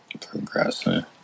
progressing